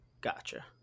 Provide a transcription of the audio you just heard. Gotcha